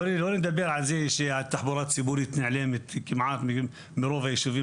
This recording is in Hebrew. שלא לדבר על זה שהתחבורה הציבורית נעלמת כמעט מרוב היישובים